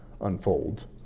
unfolds